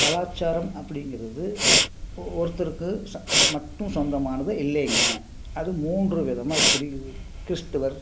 கலாச்சாரம் அப்படிங்கறது ஒ ஒருத்தருக்கு ச மட்டும் சொந்தமானது இல்லைங்க அது மூன்று விதமாக பிரிக்க கிறிஸ்துவர்